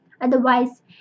Otherwise